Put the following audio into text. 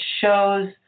shows